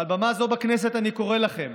מעל במה זו בכנסת אני קורא לכם: